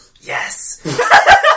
Yes